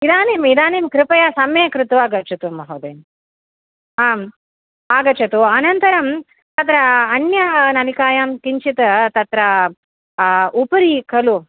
इदानीम् इदानीं कृपया सम्यक् कृत्वा गच्छतु महोदय आम् आगच्छतु अनन्तरं तत्र अन्यनलिकायां किञ्चित् तत्र उपरि खलु